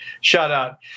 shout-out